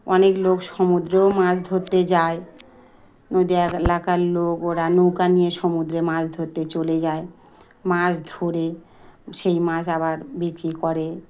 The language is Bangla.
অনেক লোক সমুদ্রেও মাছ ধরতে যায় নদী এলাকার লোক ওরা নৌকা নিয়ে সমুদ্রে মাছ ধরতে চলে যায় মাছ ধরে সেই মাছ আবার বিক্রি করে